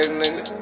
nigga